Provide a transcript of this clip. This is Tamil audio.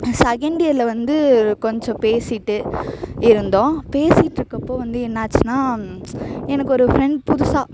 செகண்ட் இயரில் வந்து கொஞ்சம் பேசிட்டு இருந்தோம் பேசிக்கிட்டுருக்கப்போ வந்து என்னாச்சுன்னா எனக்கு ஒரு ஃப்ரெண்ட் புதுசாக